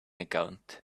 account